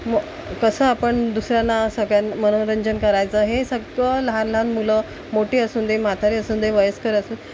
म् कसं आपण दुसऱ्यांना सगळ्यांना मनोरंजन करायचं हे सगळं लहान लहान मुलं मोठी असून दे असून दे वयस्कर असून